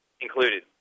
included